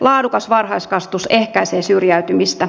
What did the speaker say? laadukas varhaiskasvatus ehkäisee syrjäytymistä